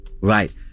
Right